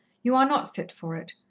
you are not fit for it.